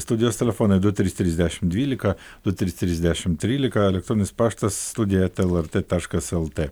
studijos telefonai du trys trys dešimdvylika du trys trys dešimt trylika elektroninis paštas studija eta lrt taškas lt